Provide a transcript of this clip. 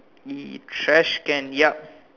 E trash can ya